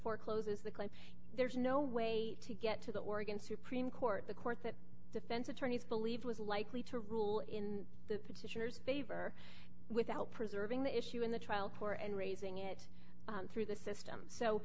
forecloses the claim there's no way to get to the oregon supreme court the court that defense attorneys believe was likely to rule in the petitioner favor without preserving the issue in the trial poor and raising it through the system so